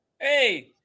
Hey